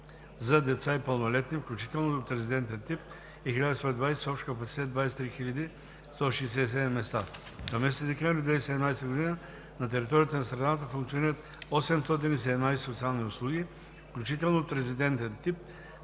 за деца и пълнолетни, включително от резидентен тип, е 1 120, с общ капацитет 23 167 места. Към месец декември 2017 г. на територията на страната функционират 817 социални услуги, включително от резидентен тип,